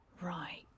Right